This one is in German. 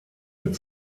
mit